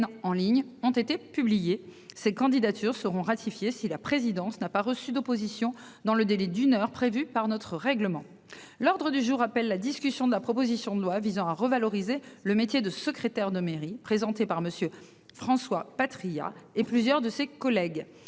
en ligne ont été publiés ces candidatures seront ratifiées si la présidence n'a pas reçu d'opposition dans le délai d'une heure prévue par notre règlement. L'ordre du jour appelle la discussion de la proposition de loi visant à revaloriser le métier de secrétaire de mairie présenté par Monsieur François Patriat et plusieurs de ses collègues